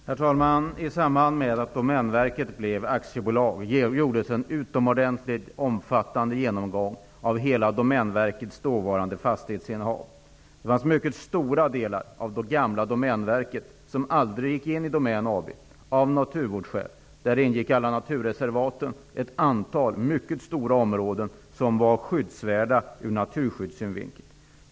Herr talman! I samband med att Domänverket blev aktiebolag gjordes det en utomordentligt omfattande genomgång av hela Domänverkets dåvarande fastighetsinnehav. Mycket stora delar av det gamla Domänverket gick aldrig in i Domän AB, av naturvårdsskäl. Däri ingick alla naturreservaten, ett antal mycket stora områden som var skyddsvärda från naturskyddssynvinkel.